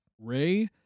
Ray